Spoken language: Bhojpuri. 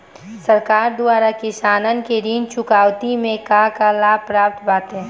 सरकार द्वारा किसानन के ऋण चुकौती में का का लाभ प्राप्त बाटे?